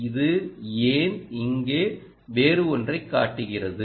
இது ஏன் இங்கே வேறு ஒன்றைக் காட்டுகிறது